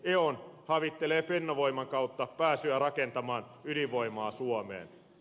on havittelee fennovoiman kautta pääsyä rakentamaan ydinvoimaa suomeen